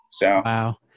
Wow